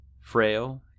frail